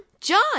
John